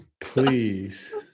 Please